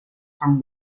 from